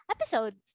episodes